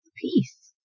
peace